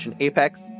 Apex